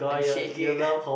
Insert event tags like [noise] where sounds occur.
I'm shaking [laughs]